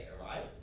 right